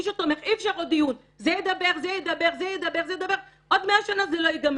זה ידבר, זה ידבר, זה ידבר, עוד 100 שנה לא יגמר.